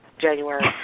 January